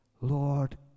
Lord